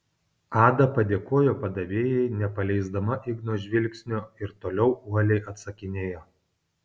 ada padėkojo padavėjai nepaleisdama igno žvilgsnio ir toliau uoliai atsakinėjo